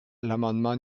l’amendement